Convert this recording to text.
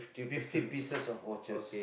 fifty pieces of watches